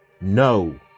No